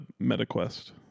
MetaQuest